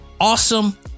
awesome